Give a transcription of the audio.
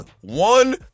one